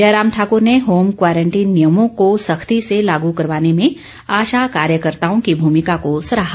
जयराम ठाकूर ने home quarantine नियमों को सख्ती से लागू करवाने में आशा कार्यकर्ताओं की भूमिका को सराहा